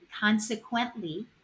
consequently